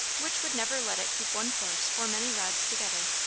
which would never let it keep one course for many rods together.